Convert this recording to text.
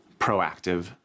proactive